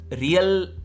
Real